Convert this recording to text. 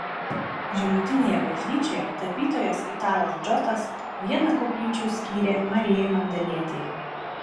žemutinėje bažnyčioje tapytojas italas džotas vieną koplyčių skyrė marijai magdalietei